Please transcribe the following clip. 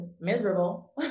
miserable